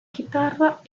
chitarra